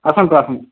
ଆସନ୍ତୁ ଆସନ୍ତୁ